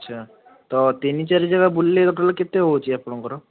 ଆଚ୍ଛା ତ ତିନି ଚାରି ଜଣ ବୁଲିଲେ ଟୋଟାଲ୍ କେତେ ହେଉଛି ଆପଣଙ୍କର